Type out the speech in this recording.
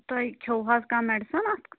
تۄہہِ کھیٚو حظ کانٛہہ میٚڈِسن اتھ